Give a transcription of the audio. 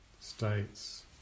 states